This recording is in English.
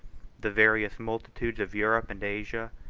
the various multitudes of europe and asia,